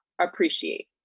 appreciate